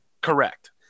Correct